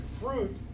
fruit